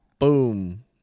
Boom